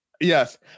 Yes